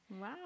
Wow